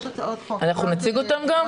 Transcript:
אנחנו נציג אותן גם?